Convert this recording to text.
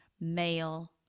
male